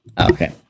Okay